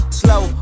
slow